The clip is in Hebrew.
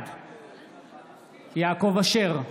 בעד יעקב אשר,